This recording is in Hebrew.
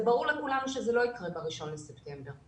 זה ברור לכולם שזה לאיקרה ב-1 לספטמבר,